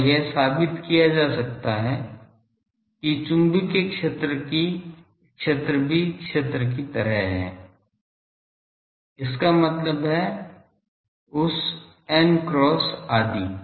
और यह साबित किया जा सकता है कि चुंबकीय क्षेत्र भी क्षेत्र की तरह है इसका मतलब है उस n cross आदि